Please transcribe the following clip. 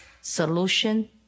solution